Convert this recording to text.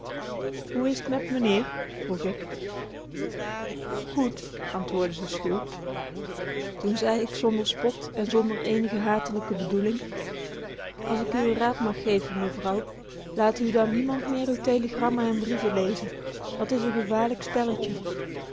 hoe is t met meneer vroeg ik goed antwoordde ze schuw toen zei k zonder spot en zonder eenige hatelijke bedoeling als ik u n raad mag geven mevrouw laat u dan niemand meer uw telegrammen en brieven lezen dat is n gevaarlijk spelletje